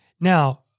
Now